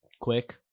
quick